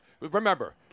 Remember